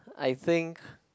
I think